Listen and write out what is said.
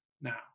now